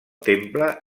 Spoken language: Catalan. temple